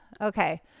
okay